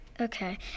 Okay